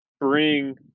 bring